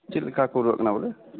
ᱪᱮᱫ ᱞᱮᱠᱟ ᱠᱚ ᱨᱩᱣᱟᱹᱜ ᱠᱟᱱᱟ ᱵᱚᱞᱮ